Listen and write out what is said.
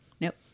Nope